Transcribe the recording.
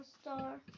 Star